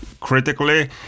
critically